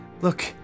look